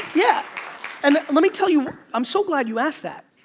yeah and let me tell you, i'm so glad you asked that,